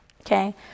okay